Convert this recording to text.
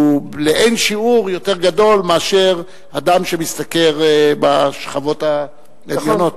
הוא לאין שיעור יותר גדול מאשר של אדם שמשתכר בשכבות העליונות.